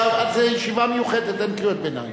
זו ישיבה מיוחדת, אין קריאות ביניים.